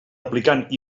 aplicant